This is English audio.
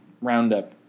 roundup